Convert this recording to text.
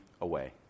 away